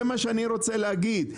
זה מה שאני רוצה להגיד.